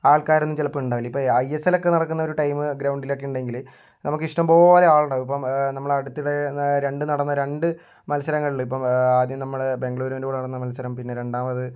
ആൾക്കാരൊന്നും ചിലപ്പോൾ ഉണ്ടാവില്ല ഇപ്പോൾ ഐ എസ് എൽ ഒക്കെ നടക്കുന്ന ഒരു ടൈം ഗ്രൗണ്ടിലൊക്കെ ഉണ്ടെങ്കിൽ നമുക്ക് ഇഷ്ടം പോലെ ആളുണ്ടാവും ഇപ്പോൾ നമ്മളടുത്തിടെ രണ്ട് നടന്ന രണ്ട് മത്സരങ്ങളില് ഇപ്പോൾ ആദ്യം നമ്മുടെ ബാംഗ്ലൂരിന്റെ കൂടെ നടന്ന മത്സരം പിന്നെ രണ്ടാമത്